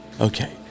okay